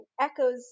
Echoes